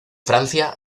francia